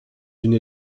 d’une